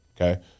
okay